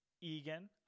egan